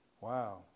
Wow